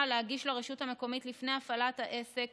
להגיש לרשות המקומית לפני הפעלת העסק